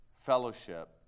fellowship